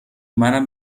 منم